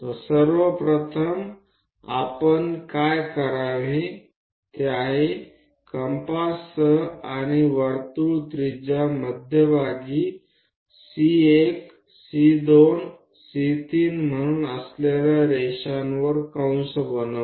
તો સૌપ્રથમ કંપાસ અને વર્તુળની ત્રિજ્યા સાથે આ લીટીઓ પર કેન્દ્ર તરીકે C1 C2 C3 અને તે રીતે લઈને ચાપો બનાવો